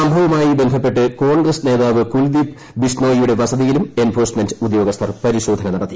സംഭവവുമായി ബന്ധപ്പെട്ട് കോൺഗ്രസ് നേതാവ് കുൽദീപ് ബിഷ്ണോയിയുടെ വസതിയിലും എൻഫോഴ്സ്മെന്റ് ഉദ്യോഗസ്ഥർ പരിശോധന നടത്തി